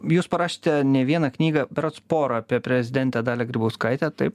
jūs parašėte ne vieną knygą berods porą apie prezidentę dalią grybauskaitę taip